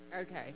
Okay